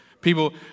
People